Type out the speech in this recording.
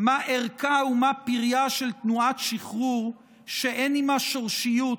"מה ערכה ומה פרייה של תנועת שחרור שאין עימה שורשיות